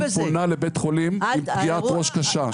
בן אדם פונה לבית חולים עם פגיעת ראש קשה.